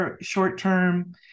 short-term